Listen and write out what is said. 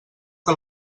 que